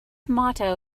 motto